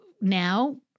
now